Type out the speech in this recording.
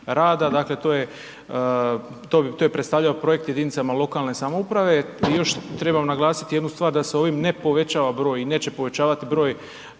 rada, to je predstavljao projekt jedinicama lokalne samouprave. I još trebam naglasiti jednu stvar da se ovim ne povećava broj i neće povećavati broj